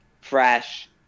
fresh